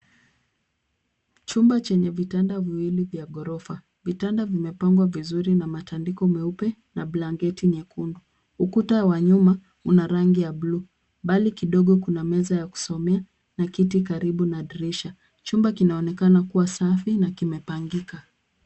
Chumba chenye vitanda viwili vya ghorofa. Vitanda vimepangwa vizuri na matandiko meupe na blanketi nyekundu. Ukuta wa nyuma una rangi ya bluu. Mbali kidogo kuna meza ya kusomea na kiti karibu na dirisha. Chumba kinaonekana kuwa safi na kimepangika.